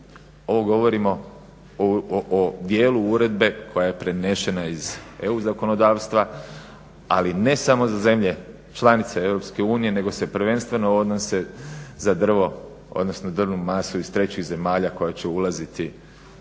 Ovo govorimo o dijelu uredbe koja je prenesena iz EU zakonodavstva, ali ne samo za zemlje članice EU nego se prvenstveno odnose za drvo, odnosno drvnu masu iz trećih zemalja koja će ulaziti i